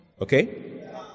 Okay